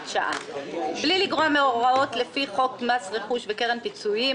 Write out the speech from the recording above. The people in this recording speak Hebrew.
שעה 2. בלי לגרוע מהוראות לפי חוק מס רכוש וקרן פיצויים,